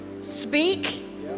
speak